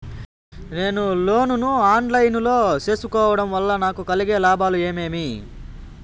నేను లోను ను online లో సేసుకోవడం వల్ల నాకు కలిగే లాభాలు ఏమేమీ?